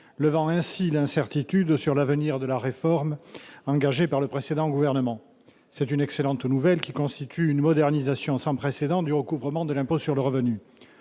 levant ainsi une incertitude sur l'avenir de la réforme engagée par le précédent gouvernement, c'est une excellente nouvelle qui constitue une modernisation sans précédent du recouvrement de l'impôt sur le revenu